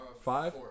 Five